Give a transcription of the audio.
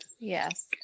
Yes